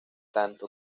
tanto